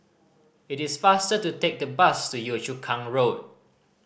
it is faster to take the bus to Yio Chu Kang Road